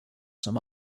some